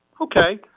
Okay